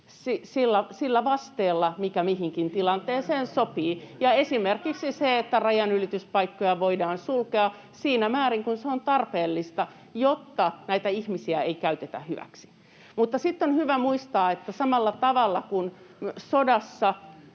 sillä vasteella, mikä mihinkin tilanteeseen sopii. Ja esimerkiksi rajanylityspaikkoja voidaan sulkea siinä määrin kuin se on tarpeellista, jotta näitä ihmisiä ei käytetä hyväksi. Mutta sitten on hyvä muistaa, että samalla tavalla kuin sodassa,